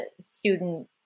student